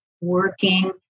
working